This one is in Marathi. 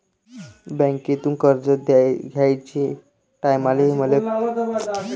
बँकेतून कर्ज घ्याचे टायमाले मले साक्षीदार अन लागन का?